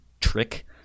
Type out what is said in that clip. trick